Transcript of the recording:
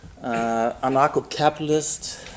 Anarcho-capitalist